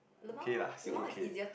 okay lah still okay